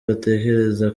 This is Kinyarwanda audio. batekereza